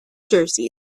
jerseys